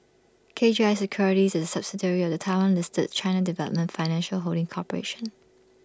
K G I securities is A subsidiary of the Taiwan listed China development financial holding corporation